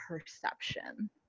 perception